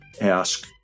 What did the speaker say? Ask